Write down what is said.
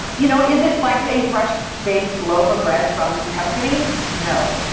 you know, is it like a fresh baked loaf of bread from tuscany? no,